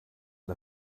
der